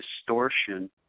distortion